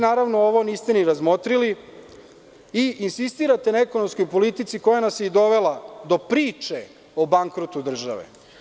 Naravno, ovo niste ni razmotrili i insistirate na ekonomskoj politici koja nas je i dovela do priče o bankrotu države.